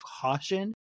caution